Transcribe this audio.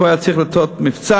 הוא היה צריך לעשות מבצע,